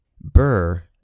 Burr